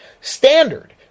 standard